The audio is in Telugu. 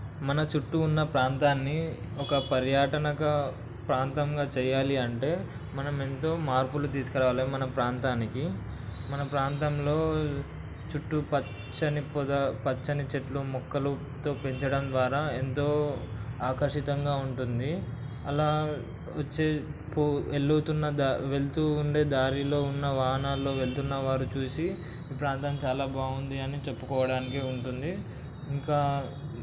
మన చుట్టూ ఉన్న ప్రాంతాన్ని ఒక పర్యాటక ప్రాంతంగా చేయాలి అంటే మనం ఎంతో మార్పులు తీసుకురావాలి మన ప్రాంతానికి మన ప్రాంతంలో చుట్టూ పచ్చని పొద పచ్చని చెట్లు మొక్కలతో పెంచడం ద్వారా ఎంతో ఆకర్షితంగా ఉంటుంది అలా వచ్చే పో వెళుతున్న వెళుతూ ఉండే దారిలో ఉన్న వాహనాల్లో వెళ్తున్న వారు చూసి ఈ ప్రాంతం చాలా బాగుంది అని చెప్పుకోవడానికి ఉంటుంది ఇంకా